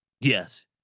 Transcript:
Yes